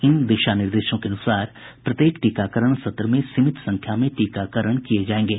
इन दिशा निर्देशों के अनुसार प्रत्येक टीकाकरण सत्र में सीमित संख्या में टीकाकरण किए जाएंगे